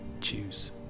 choose